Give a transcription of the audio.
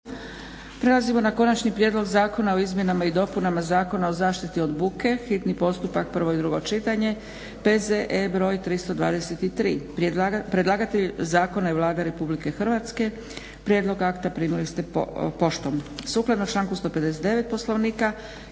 Prelazimo na - Konačni prijedlog zakona o izmjenama i dopunama zakona o zaštiti od buke, hitni postupak, prvo i drugo čitanje, P.Z.E. br. 323 Predlagatelj zakona je Vlada RH. Prijedlog akta primili ste poštom. Sukladno članku 159. Poslovnika